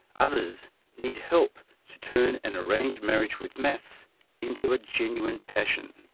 others need help to turn an arranged marriage with maths into a genuine passion.